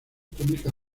túnica